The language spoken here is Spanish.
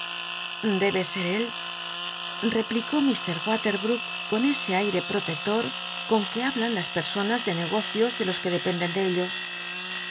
debe ser él eplicó lk watcbook con ese aile lll'otccto con que hablan las pcsonas de negocios de los que dependen ele ellos